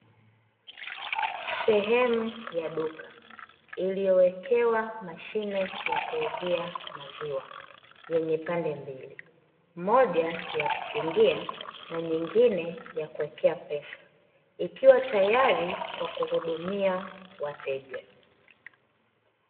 Sehemu ya duka iliyowekewa mashine ya kuuzia maziwa yenye pande mbili, moja ya kukingia, na nyingine ya kuwekea pesa ikiwa tayari kwa kuhudumia wateja.